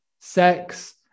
sex